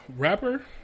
Rapper